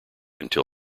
until